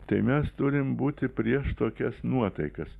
tai mes turim būti prieš tokias nuotaikas